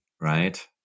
right